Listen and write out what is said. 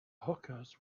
hookahs